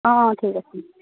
অঁ ঠিক আছে